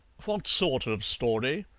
what sort of story?